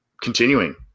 continuing